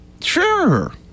Sure